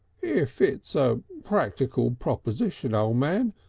if it's a practable proposition, o' man.